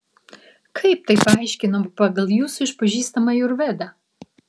kaip tai paaiškinama pagal jūsų išpažįstamą ajurvedą